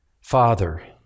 Father